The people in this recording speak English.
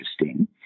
interesting